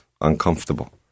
uncomfortable